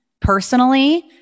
personally